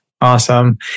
Awesome